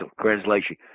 translation